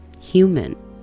human